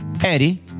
Eddie